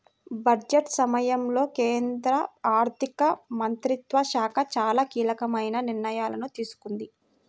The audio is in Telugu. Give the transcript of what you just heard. బడ్జెట్ సమయంలో కేంద్ర ఆర్థిక మంత్రిత్వ శాఖ చాలా కీలకమైన నిర్ణయాలు తీసుకుంది